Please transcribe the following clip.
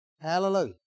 Hallelujah